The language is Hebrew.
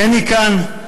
הנני כאן,